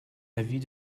avis